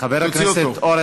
אחריו, חברת הכנסת לאה פדידה.